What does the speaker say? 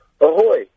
Ahoy